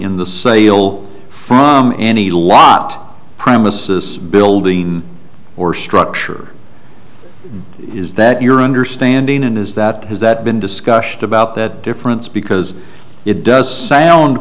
in the sale from any lot premises building or structure is that your understanding and is that has that been discussion about that difference because it does sound